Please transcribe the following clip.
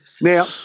Now